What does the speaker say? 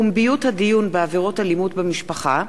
(פומביות הדיון בעבירות אלימות במשפחה),